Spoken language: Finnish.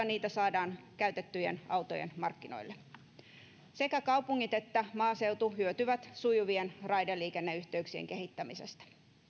niitä saadaan käytettyjen autojen markkinoille sekä kaupungit että maaseutu hyötyvät sujuvien raideliikenneyhteyksien kehittämisestä